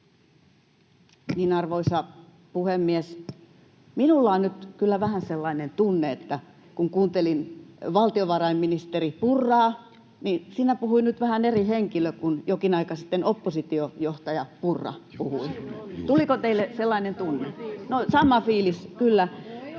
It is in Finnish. Arvoisa puhemies! Minulla oli nyt kyllä vähän sellainen tunne, kun kuuntelin valtiovarainministeri Purraa, että siinä puhui nyt vähän eri henkilö kuin silloin jokin aika sitten, kun oppositiojohtaja Purra puhui. Tuliko teille sellainen tunne? [Krista